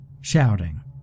shouting